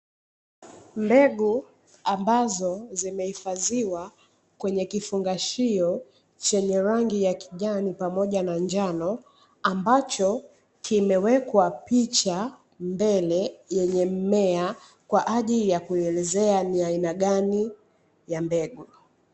Mbegu ambazo zimehifadhiwa kwenye kifungashio chenye rangi ya kijani pamoja na njano, ambacho kimewekwa picha mbele yenye mmea kwa ajili ya kuelezea ni aina gani ya mbegu.